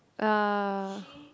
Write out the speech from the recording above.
uh